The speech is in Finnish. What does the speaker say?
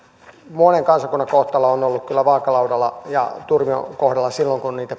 monen kansakunnan kohtalo on ollut kyllä vaakalaudalla ja turmion kohdalla yleensä silloin kun niitä